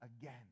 again